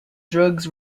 drugs